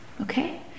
Okay